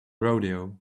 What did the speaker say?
rodeo